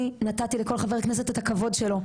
אני נתתי לכל חבר כנסת את הכבוד שלו,